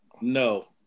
No